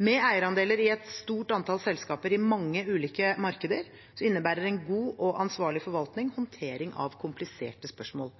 Med eierandeler i et stort antall selskaper i mange ulike markeder innebærer en god og ansvarlig forvaltning håndtering av kompliserte spørsmål.